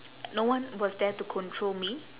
no one was there to control me